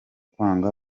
kwanga